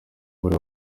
muri